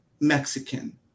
Mexican